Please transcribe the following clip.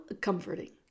comforting